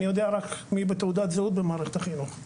אני יודע רק מי בתעודת זהות במערכת החינוך.